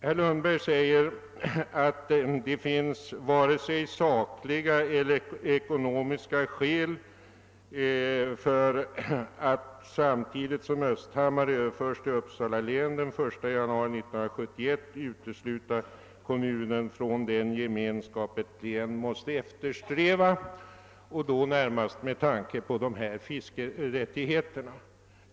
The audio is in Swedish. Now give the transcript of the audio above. Herr Lundberg säger att det inte finns vare sig sakliga eller ekonomiska skäl att, samtidigt som Östhammar den 1 januari 1971 överförs till Uppsala län, utesluta kommunen från den gemenskap som måste eftersträvas, närmast med tanke på dessa fiskerättigheter.